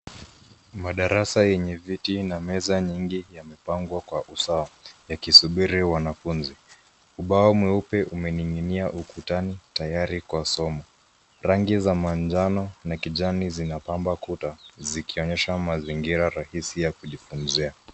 Ni madarasa yenye viti na meza nyingi yamepangwa kwa usawa, yakisubiri wanafunzi. Ubao mweupe umening'inia ukutani tayari kwa somo. Rangi za manjano na kijani zinapamba kuta zikionyesha mazingira rahisi ya kujifunzia.